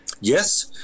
Yes